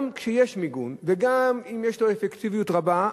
גם כשיש מיגון וגם אם יש לו אפקטיביות רבה,